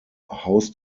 haus